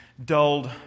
dulled